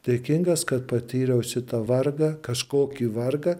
dėkingas kad patyriau šitą vargą kažkokį vargą